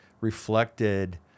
reflected